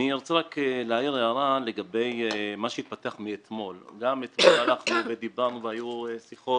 אעיר הערה לגבי מה שהתפתח מאז אתמול: אתמול הלכנו ודיברנו והיו שיחות